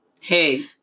Hey